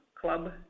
Club